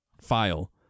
file